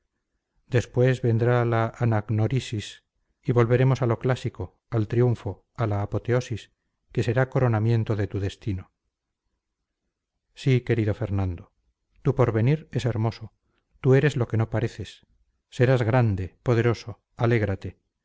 después vendrá la anagnórisis y volveremos a lo clásico al triunfo a la apoteosis que será coronamiento de tu destino sí querido fernando tu porvenir es hermoso tú eres lo que no pareces serás grande poderoso alégrate